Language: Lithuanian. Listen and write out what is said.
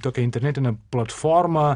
tokią internetinę platformą